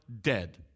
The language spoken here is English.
dead